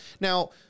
Now